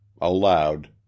Aloud